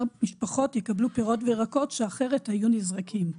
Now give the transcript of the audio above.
משפחות יקבלו פירות וירקות שאחרת היו נזרקים."